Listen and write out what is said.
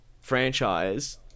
franchise